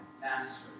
master